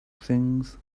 things